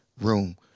room